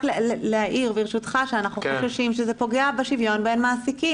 רק להעיר שאנחנו חוששים שזה פוגע בשוויון בין מעסיקים,